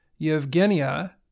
Yevgenia